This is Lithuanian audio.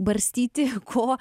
barstyti ko